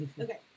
okay